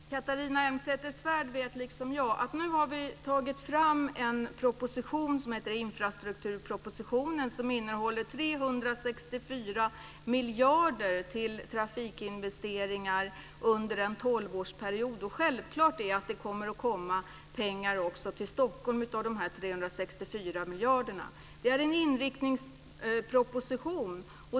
Fru talman! Catharina Elmsäter-Svärd vet, liksom jag, att vi nu har lagt fram infrastrukturpropositionen. Den innehåller 364 miljarder kronor till trafikinvesteringar under en tolvårsperiod. Självklart kommer det att komma pengar till Stockholm från dessa 364 miljarder. Det är en inriktningsproposition.